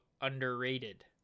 underrated